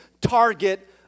target